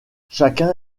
chacun